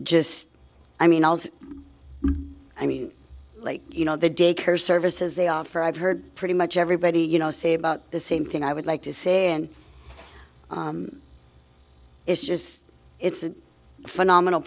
just i mean i mean like you know the daycare services they offer i've heard pretty much everybody you know say about the same thing i would like to say and it's just it's a phenomenal